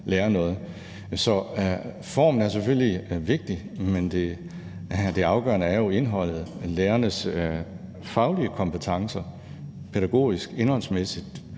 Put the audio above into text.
Så formen er selvfølgelig vigtig, men det afgørende er jo indholdet, altså lærernes faglige kompetencer, pædagogisk og indholdsmæssigt,